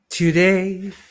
Today